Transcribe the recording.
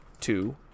Two